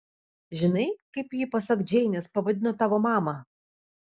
žinai kaip ji pasak džeinės pavadino tavo mamą